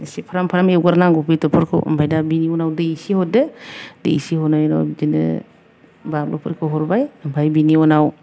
एसे फ्राम फ्राम एवगोरनांगौ बेदरफोरखौ ओमफ्राय दा बेनि उनाव दै एसे हरदो दै एसे हरनायनि उनाव बिदिनो बानलुफोरखौ हरबाय ओमफ्राय बेनि उनाव